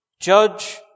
judge